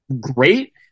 great